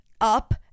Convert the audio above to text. up